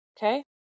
Okay